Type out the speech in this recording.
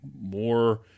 more